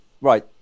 right